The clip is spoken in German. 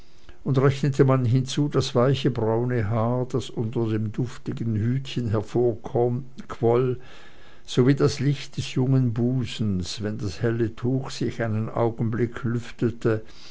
und rechnete man hinzu das weiche braune haar das unter dem luftigen hütchen hervorquoll sowie das licht des jungen busens wenn das helle tuch sich einen augenblick lüftete